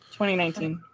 2019